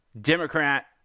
Democrat